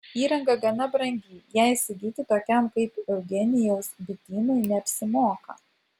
įranga gana brangi ją įsigyti tokiam kaip eugenijaus bitynui neapsimoka